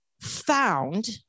found